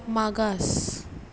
मागास